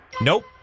Nope